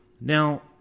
Now